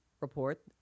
report